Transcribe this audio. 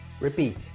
Repeat